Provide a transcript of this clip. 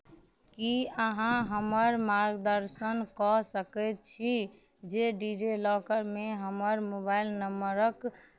कि अहाँ हमर मार्गदर्शन कऽ सकै छी जे डिजिलॉकरमे हमर मोबाइल नम्बर